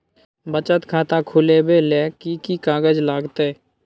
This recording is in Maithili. बचत खाता खुलैबै ले कि की कागज लागतै?